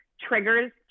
triggers